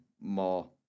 more